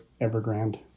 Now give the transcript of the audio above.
Evergrande